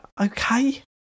okay